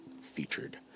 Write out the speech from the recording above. featured